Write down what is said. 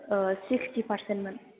sixty पारसेन्टमोन